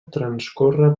transcorre